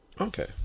okay